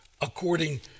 according